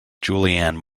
julianne